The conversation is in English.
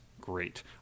great